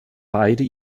beide